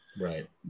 Right